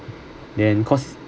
then because